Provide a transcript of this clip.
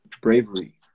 bravery